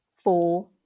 Four